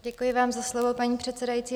Děkuji vám za slovo, paní předsedající.